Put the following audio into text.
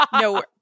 No